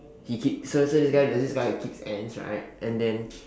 he keeps so so so this guy there's this guy who keep ants right and then